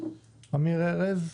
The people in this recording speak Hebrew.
אמיר ארז,